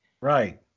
Right